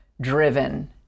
driven